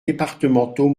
départementaux